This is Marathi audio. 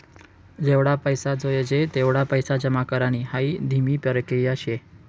जेवढा पैसा जोयजे तेवढा पैसा जमा करानी हाई धीमी परकिया शे